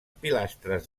pilastres